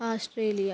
Australia